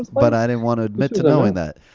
but i didn't wanna admit to knowing that.